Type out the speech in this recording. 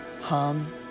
Hum